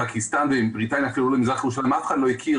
פקיסטן ובריטניה אף אחד לא הכיר